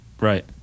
Right